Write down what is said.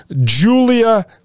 julia